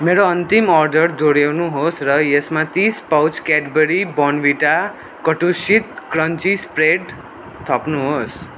मेरो अन्तिम अर्डर दोहोऱ्याउनुहोस् र यसमा तिस पाउच क्याडबरी बोर्नभिटा कटुसित क्रन्ची स्प्रेड थप्नुहोस्